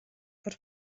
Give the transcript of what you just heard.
fod